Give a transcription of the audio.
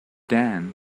dan